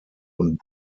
und